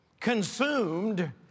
consumed